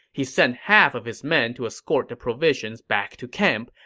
he sent half of his men to escort the provisions back to camp,